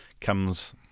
comes